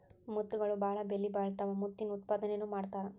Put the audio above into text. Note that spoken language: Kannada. ಮುತ್ತುಗಳು ಬಾಳ ಬೆಲಿಬಾಳತಾವ ಮುತ್ತಿನ ಉತ್ಪಾದನೆನು ಮಾಡತಾರ